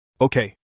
Okay